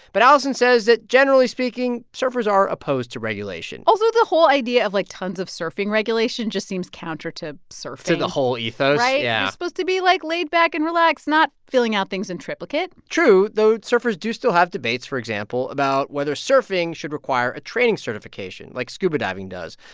but allison says that generally speaking, surfers are opposed to regulation although the whole idea of, like, tons of surfing regulation just seems counter to surfing to the whole ethos, yeah right. yeah supposed to be, like, laid-back and relaxed, not filling out things in triplicate true, though surfers do still have debates, for example, about whether surfing should require a training certification like scuba diving does,